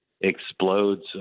explodes